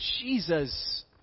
Jesus